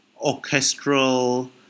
orchestral